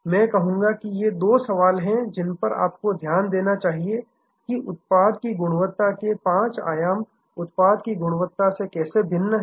मैं कहूंगा कि ये दो सवाल हैं जिन पर आपको ध्यान देना चाहिए कि उत्पाद की गुणवत्ता के पांच आयाम उत्पाद की गुणवत्ता से कैसे भिन्न हैं